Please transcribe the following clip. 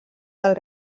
del